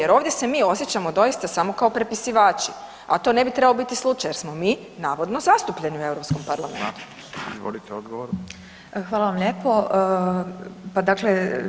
Jer ovdje se mi osjećamo doista samo kao prepisivači a to ne bi trebao biti slučaj jer smo mi navodno zastupljeni u Europskom parlamentu.